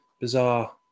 bizarre